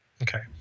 Okay